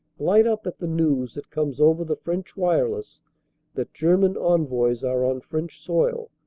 light up at the news that comes over the french wireless that german envoys are on french soil,